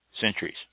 centuries